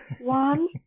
one